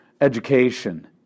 education